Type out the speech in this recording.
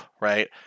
right